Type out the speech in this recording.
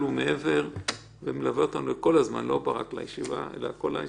ומעבר ומלווה אותנו כל הזמן ולא רק בישיבה הזאת.